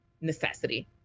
necessity